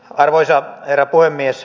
arvoisa herra puhemies